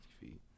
feet